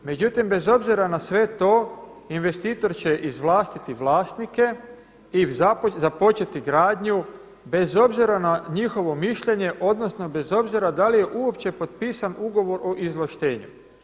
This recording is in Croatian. Međutim, bez obzira na sve to investitor će izvlastiti vlasnike i započeti gradnju bez obzira na njihovo mišljenje odnosno bez obzira da li je uopće potpisan Ugovor o izvlaštenju.